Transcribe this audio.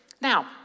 Now